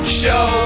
show